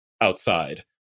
outside